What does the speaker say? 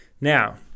Now